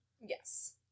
Yes